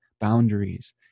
boundaries